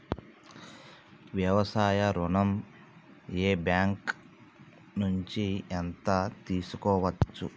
వ్యవసాయ ఋణం ఏ బ్యాంక్ నుంచి ఎంత తీసుకోవచ్చు?